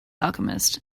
alchemist